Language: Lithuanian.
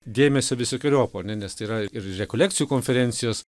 dėmesio visokeriopo ar ne nes tai yra ir rekolekcijų konferencijos